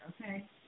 okay